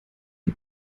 die